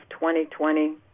2020